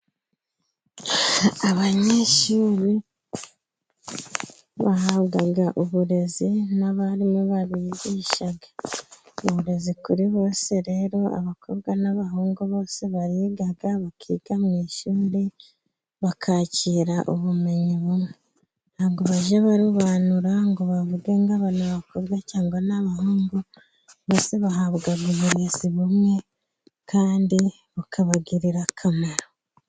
Abanyeshuri bahabwa uburezi n'abarimu barigisha, uburezi kuri bose rero abakobwa n'abahungu bose bariga, bakiga mu ishuri bakakira ubumenyi bumwe, ntabwo bajya barobanura ngo bavuge ngo aba ni abakobwa cyangwa n'abahungu, maze bahabwa uburezi bumwe kandi bukabagirira akamaro.